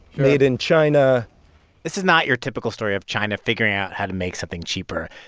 made in china this is not your typical story of china figuring out how to make something cheaper.